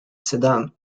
sedan